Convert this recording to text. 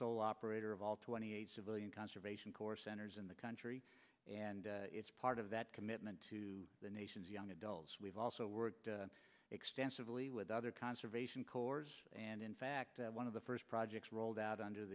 sole operator of all twenty eight civilian conservation corps centers in the country and it's part of that commitment to the nation's young adults we've also worked extensively with other conservation corps and in fact one of the first projects rolled out under